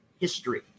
history